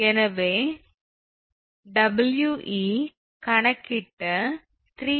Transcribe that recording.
எனவே We கணக்கிட்ட 3